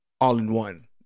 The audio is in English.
all-in-one